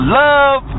love